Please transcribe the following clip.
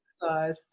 side